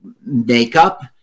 makeup